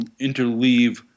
interleave